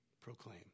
proclaim